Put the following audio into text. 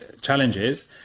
challenges